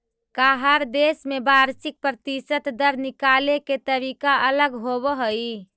का हर देश में वार्षिक प्रतिशत दर निकाले के तरीका अलग होवऽ हइ?